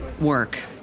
work